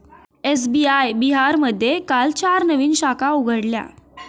SBI बिहारमध्ये काल चार नवीन शाखा उघडल्या